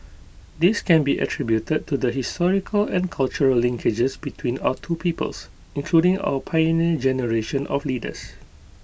this can be attributed to the historical and cultural linkages between our two peoples including our Pioneer Generation of leaders